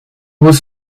was